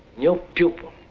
no pupil,